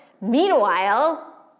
Meanwhile